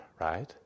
Right